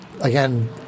again